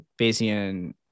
Bayesian